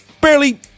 barely